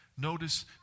Notice